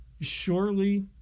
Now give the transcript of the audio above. Surely